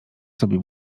sobie